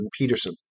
Peterson